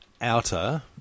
outer